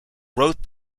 wrote